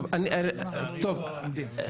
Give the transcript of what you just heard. נדע איפה אנחנו עומדים.